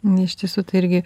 iš tiesų tai irgi